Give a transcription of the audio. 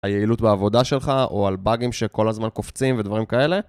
היעילות בעבודה שלך או על באגים שכל הזמן קופצים ודברים כאלה